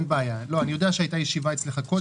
אני יודע שהיתה ישיבה אצלך קודם,